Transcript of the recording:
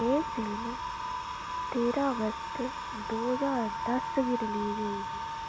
एह् फिल्म तेरां अगस्त दो ज्हार दस गी रिलीज होई ही